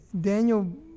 Daniel